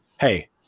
hey